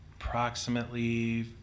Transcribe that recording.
approximately